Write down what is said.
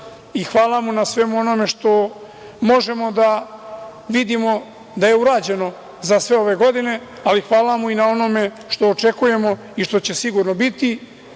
hvala mu na svemu onome što možemo da vidimo da je urađeno za sve ove godine, ali hvala mu i na onom što očekujemo i što će sigurno biti